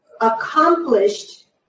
accomplished